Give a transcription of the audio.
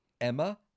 Emma